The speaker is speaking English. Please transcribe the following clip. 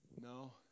No